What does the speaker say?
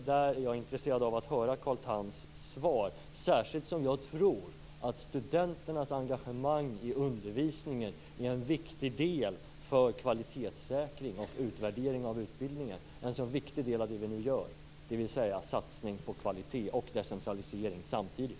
Där är jag intresserad av att höra Carl Thams svar, särskilt som jag tror att studenternas engagemang i undervisningen är en viktig del för kvalitetssäkring och utvärdering av utbildningen. Det är alltså en viktig del av det vi nu gör, dvs. en satsning på kvalitet och decentralisering samtidigt.